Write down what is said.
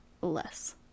less